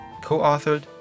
co-authored